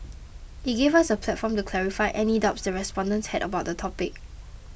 it gave us a platform to clarify any doubts the respondents had about the topic